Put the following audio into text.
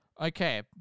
Okay